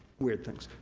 weird things.